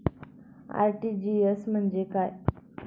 RTGS म्हणजे काय?